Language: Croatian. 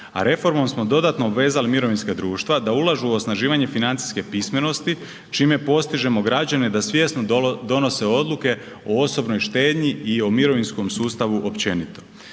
a reformom smo dodatno obvezali mirovinska društva da ulažu u osnivanje financijske pismenosti čime postižemo građane da svjesno donose odluke o osobnoj štednji i o mirovinskom sustavu općenito.